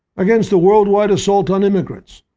against the worldwide assault on immigrants,